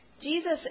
Jesus